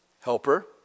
helper